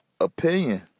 opinion